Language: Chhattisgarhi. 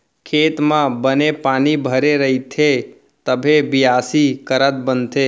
खेत म बने पानी भरे रइथे तभे बियासी करत बनथे